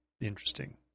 interesting